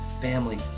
family